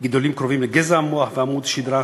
גידולים קרובים לגזע המוח ועמוד השדרה,